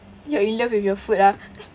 you're in love with your food ah